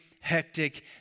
hectic